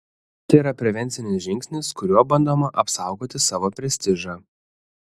tai yra prevencinis žingsnis kuriuo bandoma apsaugoti savo prestižą